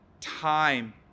time